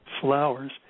flowers